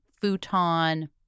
futon